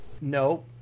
No